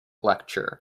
lecture